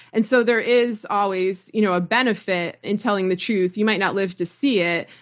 and so there is always you know a benefit in telling the truth. you might not live to see it,